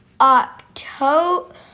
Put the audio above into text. October